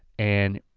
and